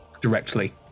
directly